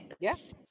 Yes